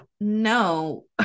no